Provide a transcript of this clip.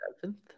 seventh